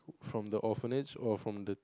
from the orphanage or from the